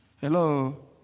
Hello